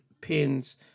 pins